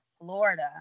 Florida